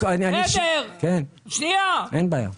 אתה מבאר שבע,